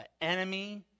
enemy